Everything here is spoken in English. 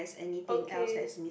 okay